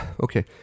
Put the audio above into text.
okay